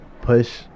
push